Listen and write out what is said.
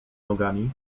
nogami